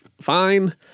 fine